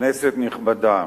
כנסת נכבדה,